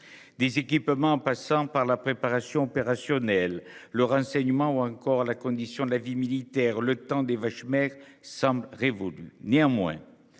Des équipements en passant par la préparation opérationnelle le renseignement ou encore la condition de la vie militaire, le temps des vaches maigres semble révolue néanmoins.